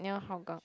near Hougang